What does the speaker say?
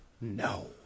No